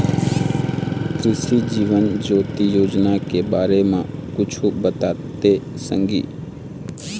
कृसि जीवन ज्योति योजना के बारे म कुछु बताते संगी